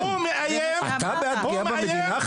הוא מאיים -- אתה בעד פגיעה במדינה אני בהלם?